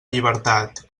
llibertat